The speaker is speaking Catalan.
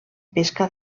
pesca